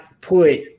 put